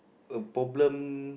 a problem